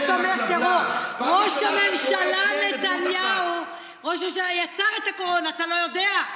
הקורונה, ראש הממשלה יצר אותה, אתה לא יודע?